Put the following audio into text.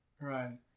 Right